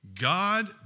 God